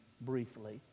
briefly